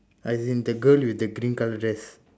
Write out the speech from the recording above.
as in the girl with the green colour dress